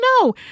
no